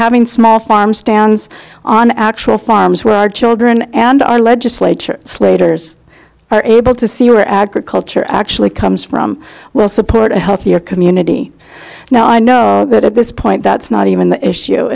having small farm stands on actual farms where our children and our legislature slater's are able to see our agriculture actually comes from will support a healthier community now i know that at this point that's not even the issue